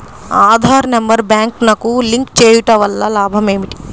Aadhaar number బ్యాంక్నకు link చేయుటవల్ల లాభం ఏమిటి?